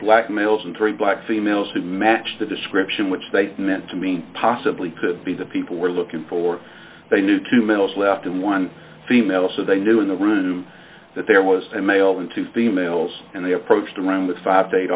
black males and three black females who matched the description which they meant to me possibly could be that people were looking for they knew two males left and one female so they knew in the room that there was a male and two females and they approached around with five